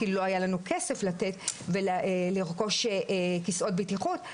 כי לא היה לנו כסף לתת ולרכוש כסאות בטיחות,